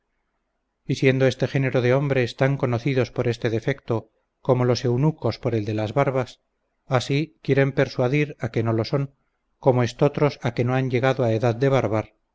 siendo este género de hombres tan conocidos por este defecto como los eunucos por el de las barbas así quieren persuadir a que no lo son como estotros a que no han llegado a edad de barbar